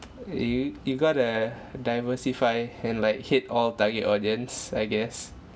you you got to diversify and like hit all target audience I guess